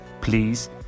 Please